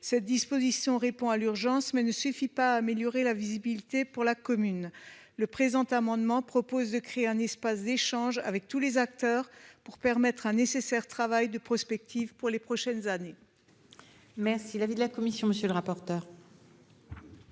Cette disposition répond à l'urgence, mais ne suffit pas à améliorer la visibilité pour la commune. Le présent amendement tend à créer un espace d'échange avec tous les acteurs afin de permettre un nécessaire travail de prospective pour les prochaines années.